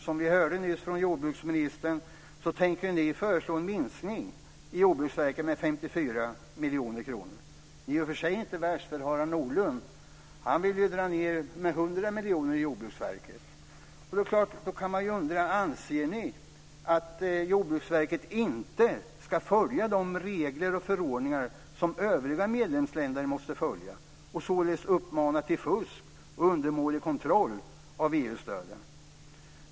Som vi nyss hörde från jordbruksministern tänker ni föreslå en minskning för Jordbruksverket med 54 miljoner kronor. Ni är i och för sig inte värst, för Harald Nordlund vill dra ned Jordbruksverkets anslag med 100 miljoner kronor. Man kan då undra om ni anser att Jordbruksverket inte ska följa de regler och förordningar som övriga medlemsländer måste följa och om ni vill uppmana till fusk och undermålig kontroll av EU-stöden.